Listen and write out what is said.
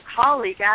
colleague